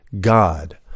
God